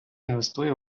інвестує